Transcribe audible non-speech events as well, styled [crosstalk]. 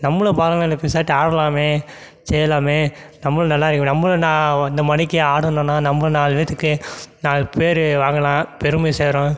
நம்மளும் பரதநாட்டியம் பேசாட்டு ஆடலாமே செய்யலாமே நம்மளும் நல்லா [unintelligible] நம்மளும் நான் இந்தமாரிக்கி ஆடனோன்னா நம்ம நாலு பேர்த்துக்கு நாலு பேர் வாங்கலாம் பெருமை சேரும்